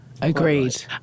Agreed